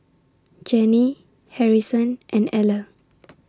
Jenny Harrison and Eller